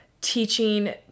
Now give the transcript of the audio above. teaching